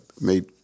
made